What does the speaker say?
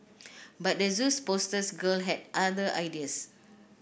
but the Zoo's poster girl had other ideas